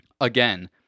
again